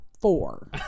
four